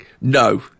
No